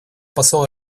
посол